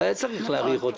לא היה צורך להאריך אותו.